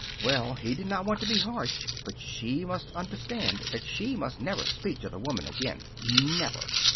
well, he did not want to be harsh but she must understand that she must never speak to the woman again. never!